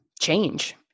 change